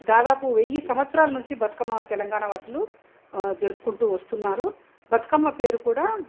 దాదాపు వెయ్యి సంవత్సరాల నుంచి బతుకమ్మ తెలంగాణ వాసులు జరుపుకొంటూ వస్తున్నారు బతుకమ్మ పేరు కూడా